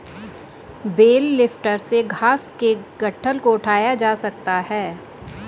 bell lifter से घास के गट्ठल को उठाया जा सकता है